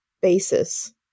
basis